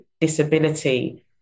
disability